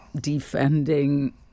defending